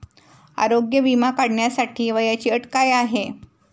आरोग्य विमा काढण्यासाठी वयाची अट काय आहे?